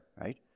right